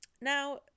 Now